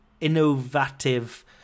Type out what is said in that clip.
innovative